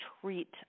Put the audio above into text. treat